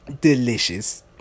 delicious